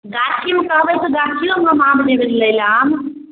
गाछीमे कहबै तऽ गाछिओमे हम एबै लै लेल आम